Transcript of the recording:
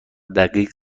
دقیق